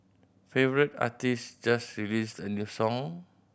favourite artist just released a new song